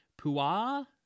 Pua